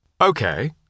Okay